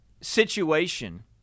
situation